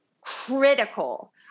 critical